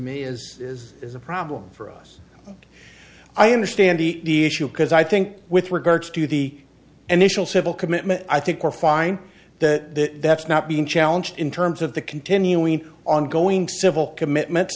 me is is is a problem for us and i understand the issue because i think with regards to the and initial civil commitment i think we're fine that that's not being challenged in terms of the continuing ongoing civil commitment